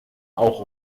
auch